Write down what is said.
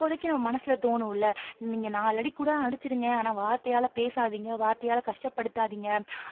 அப்போதைக்கு நம்ம மனசில் தோணுமில்ல நீங்கள் நாலு அடிக்கூட அடித்திருங்க ஆனால் வார்த்தையால் பேசாதிங்க வார்த்தையால் கஷ்டப்படுத்தாதீங்க